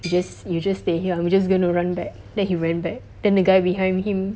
just you just stay here I'm just going to run back then he went back then the guy behind him